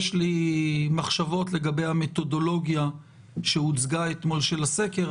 יש לי מחשבות לגבי המתודולוגיה שהוצגה אתמול של הסקר,